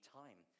time